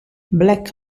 black